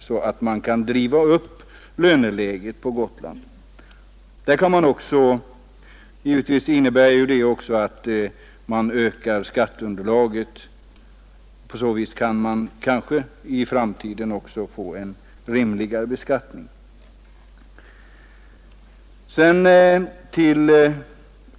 Detta innebär givetvis också att skatteunderlaget ökas. På så sätt kan man kanske också i framtiden få en rimligare beskattning.